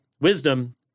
wisdom